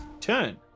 turn